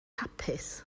hapus